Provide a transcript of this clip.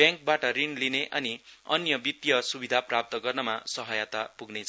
व्याङकबाट ऋण लिने अनि अन्य वित्तीय सुविधा प्राप्त गर्नमा सहायता पुग्नेछ